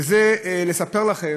ולספר לכם,